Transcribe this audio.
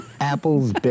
Apples